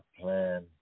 plan